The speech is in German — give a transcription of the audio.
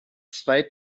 zwei